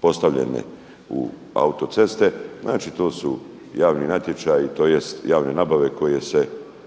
postavljene u autoceste. Znači to su javni natječaji tj. javne nabave koje su